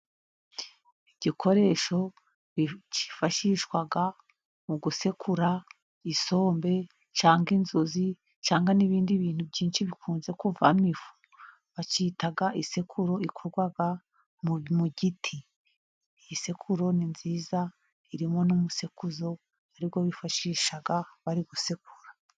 Igikoresho kifashishwa mu gusekura isombe cyangwa inzuzi, cyangwa n'ibindi bintu byinshi bikunze kuvamo ifu. Bakita isekuru, ikorwa mu giti. Isekururu ni nziza, irimo n'umusekuzo ari wo bifashisha bari gusekura.